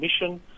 mission